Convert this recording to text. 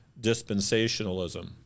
dispensationalism